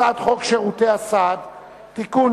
הצעת חוק שירותי הסעד (תיקון,